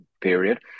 period